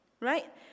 right